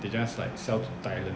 they just like sell to thailand